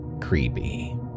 creepy